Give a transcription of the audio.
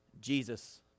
Jesus